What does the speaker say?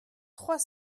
trois